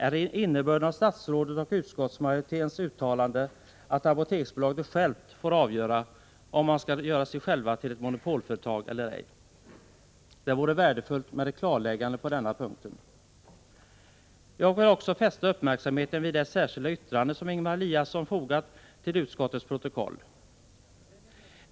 Är innebörden av statsrådets och utskottsmajoritetens uttalande att Apoteksbolaget självt får avgöra om man skall göra sig till ett monopolföretag eller ej? Det vore värdefullt med ett klarläggande på den punkten. Jag vill också fästa uppmärksamheten vid det särskilda yttrande som Ingemar Eliasson fogat till utskottets betänkande.